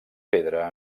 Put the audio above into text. pedra